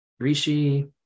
Rishi